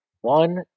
One